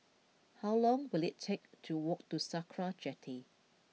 how long will it take to walk to Sakra Jetty